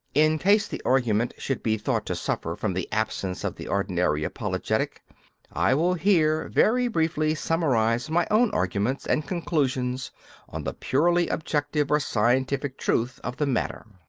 in case the argument should be thought to suffer from the absence of the ordinary apologetic i will here very briefly summarise my own arguments and conclusions on the purely objective or scientific truth of the matter.